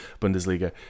Bundesliga